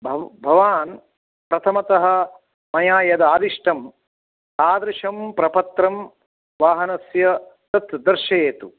भव भवान् प्रथमतः मया यदादिष्टं तादृशं प्रपत्रं वाहनस्य तत् दर्शयतु